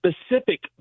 specific